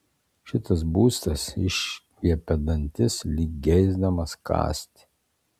šitas būstas išviepia dantis lyg geisdamas kąsti